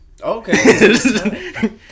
okay